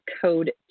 code